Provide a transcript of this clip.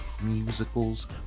musicals